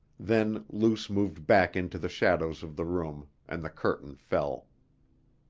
then luce moved back into the shadows of the room and the curtain fell.